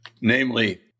Namely